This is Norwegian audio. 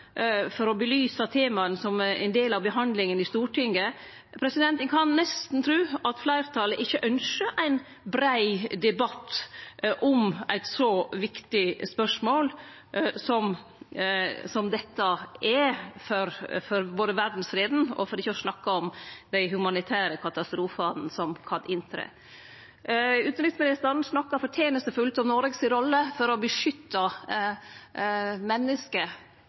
for å belyse temaa som er ein del av behandlinga i Stortinget. Ein kan nesten tru at fleirtalet ikkje ynskjer ein brei debatt om eit så viktig spørsmål som dette er for verdsfreden, for ikkje å snakke om dei humanitære katastrofane som kan hende. Utanriksministeren snakka fortenestfullt om rolla Noreg har for å beskytte